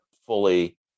fully